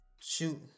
shoot